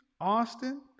Austin